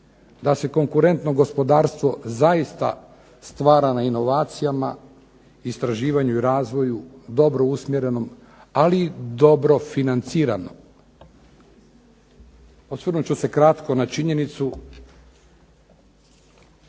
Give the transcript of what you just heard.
da se konkurentno gospodarstvo zaista stvara na inovacijama, istraživanju i razvoju dobro usmjerenom, ali i dobro financiranom. Osvrnut ću se kratko na činjenicu